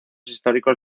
históricos